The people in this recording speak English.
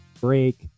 break